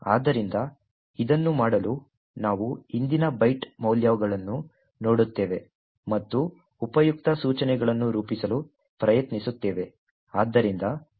ಆದ್ದರಿಂದ ಇದನ್ನು ಮಾಡಲು ನಾವು ಹಿಂದಿನ ಬೈಟ್ ಮೌಲ್ಯಗಳನ್ನು ನೋಡುತ್ತೇವೆ ಮತ್ತು ಉಪಯುಕ್ತ ಸೂಚನೆಗಳನ್ನು ರೂಪಿಸಲು ಪ್ರಯತ್ನಿಸುತ್ತೇವೆ